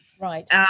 Right